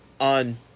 on